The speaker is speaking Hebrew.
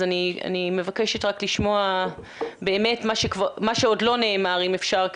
אני מבקשת לשמוע באמת מה שעוד לא נאמר אם אפשר,